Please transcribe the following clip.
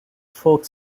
folk